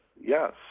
Yes